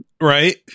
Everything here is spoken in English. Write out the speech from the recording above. Right